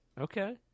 Okay